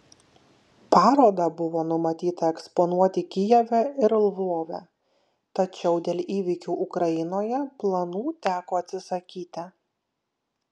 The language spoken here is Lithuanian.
parodą buvo numatyta eksponuoti kijeve ir lvove tačiau dėl įvykių ukrainoje planų teko atsisakyti